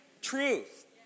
Truth